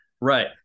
right